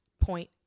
point